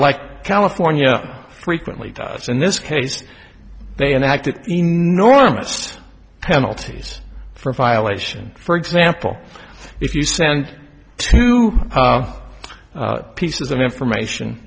like california frequently does in this case they enacted enormous penalties for a violation for example if you send two pieces of information